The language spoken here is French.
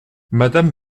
madame